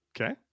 Okay